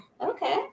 okay